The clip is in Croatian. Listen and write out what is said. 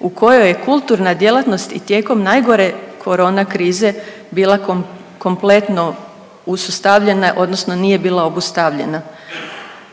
u kojoj je kulturna djelatnost i tijekom najgore corona krize bila kompletno usustavljena, odnosno nije bila obustavljena.